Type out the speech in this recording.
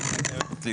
יש שאלה.